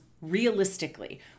realistically